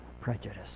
prejudice